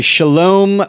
Shalom